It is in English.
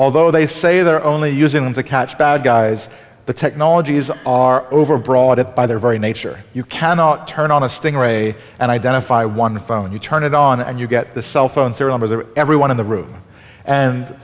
although they say they're only using them to catch bad guys the technologies are overbroad it by their very nature you cannot turn on a sting ray and identify one phone you turn it on and you get the cell phone signal was there everyone in the room and